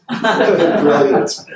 brilliant